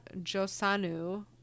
Josanu